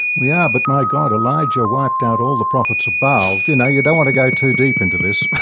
we are, but my god, elijah wiped out all the prophets of baal, you know, you don't want to go too deep into this.